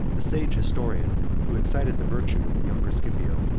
the sage historian, who excited the virtue of the younger scipio,